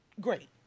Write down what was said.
great